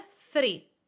three